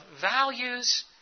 values